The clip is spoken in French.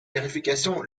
vérification